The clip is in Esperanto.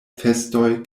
festoj